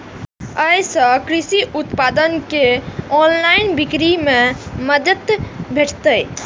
अय सं कृषि उत्पाद के ऑनलाइन बिक्री मे मदति भेटतै